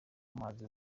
amazi